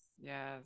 Yes